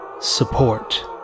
support